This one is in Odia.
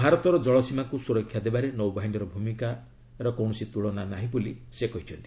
ଭାରତର ଜଳ ସୀମାକୁ ସୁରକ୍ଷା ଦେବାରେ ନୌବାହିନୀର ଭୂମିକା କୌଣସି ତୁଳନା ନାହିଁ ବୋଲି ସେ କହିଛନ୍ତି